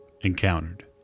encountered